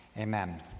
amen